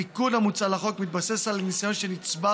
התיקון המוצע לחוק מתבסס על הניסיון שנצבר